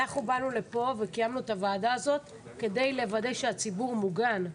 אנחנו באנו לפה וקיימנו את הוועדה הזאת כדי לוודא שהציבור מוגן.